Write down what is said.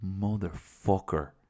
motherfucker